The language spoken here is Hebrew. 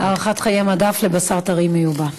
הארכת חיי מדף של בשר טרי מיובא.